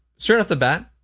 straight off the bat,